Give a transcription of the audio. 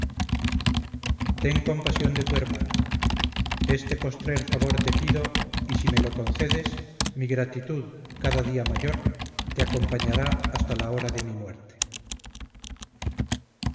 ten compasión de tu hermana este postrer favor te pido y si me lo concedes mi gratitud cada día mayor te acompañará hasta la hora de mi muerte